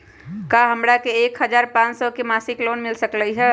का हमरा के एक हजार पाँच सौ के मासिक लोन मिल सकलई ह?